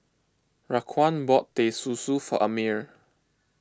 Raquan bought Teh Susu for Amir